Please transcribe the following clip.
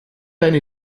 deine